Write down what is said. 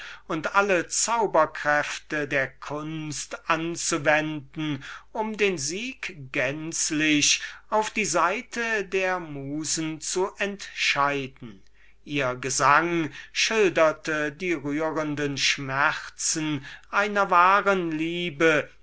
und alle zauberkräfte der kunst anzuwenden um den sieg gänzlich auf die seite der musen zu entscheiden ihr gesang schilderte die rührenden schmerzen einer wahren liebe